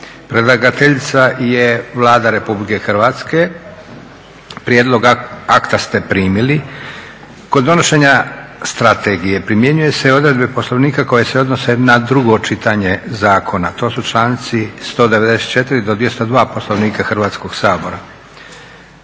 Predlagateljica je Vlada Republike Hrvatske. Prijedlog akta ste primili. Kod donošenja strategije primjenjuju se odredbe Poslovnika koje se odnose na drugo čitanje. To su članci 194. do 202. Poslovnika Hrvatskog sabora.